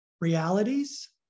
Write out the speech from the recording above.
realities